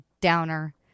downer